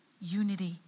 unity